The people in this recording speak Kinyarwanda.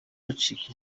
bacika